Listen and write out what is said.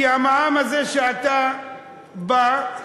כי המע"מ הזה שאתה חוסך,